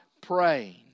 praying